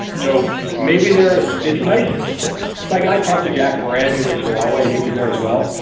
so maybe there? it's nice like i talked to jack moran he works for huawei he was there as well,